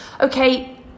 okay